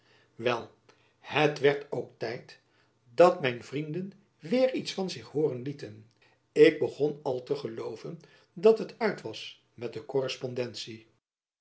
wel het werd ook tijd dat mijn vrienden weêr iets van zich hooren lieten ik begon al te gelooven dat het uit was met de korrespondentie